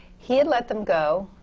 he had let them go,